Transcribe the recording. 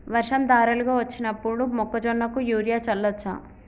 వర్షం ధారలుగా వచ్చినప్పుడు మొక్కజొన్న కు యూరియా చల్లచ్చా?